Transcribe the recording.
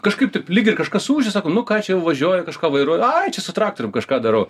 kažkaip taip lyg ir kažkas ūžia sakom nu ką čia jau važiuoji kažką vairuoji ai čia su traktorium kažką darau